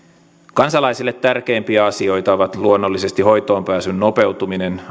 kansalaisille tärkeimpiä asioita ovat luonnollisesti hoitoonpääsyn nopeutuminen